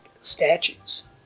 statues